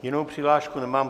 Jinou přihlášku nemám.